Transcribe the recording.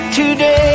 today